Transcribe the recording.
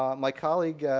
um my colleague,